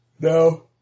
No